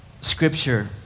scripture